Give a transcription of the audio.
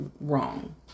wrong